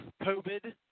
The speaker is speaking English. COVID